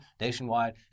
Nationwide